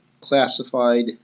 classified